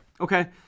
Okay